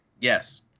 yes